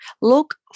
Look